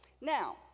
Now